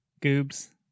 Goobs